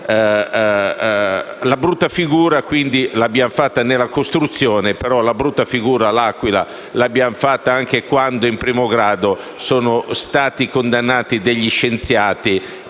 La brutta figura l'abbiamo fatta nella costruzione, ma la brutta figura all'Aquila l'abbiamo fatta anche quando, in primo grado, sono stati condannati degli scienziati